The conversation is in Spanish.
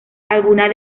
algunas